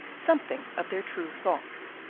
something of their true thoughts.